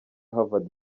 havard